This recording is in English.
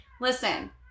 listen